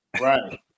right